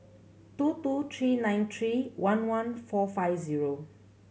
two two three nine three one one four five zero